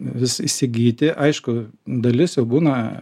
vis įsigyti aišku dalis jau būna